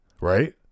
right